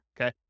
okay